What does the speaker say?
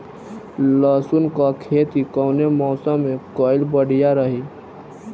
लहसुन क खेती कवने मौसम में कइल बढ़िया रही?